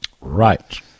Right